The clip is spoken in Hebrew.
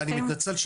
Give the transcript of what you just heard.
אני מתנצל,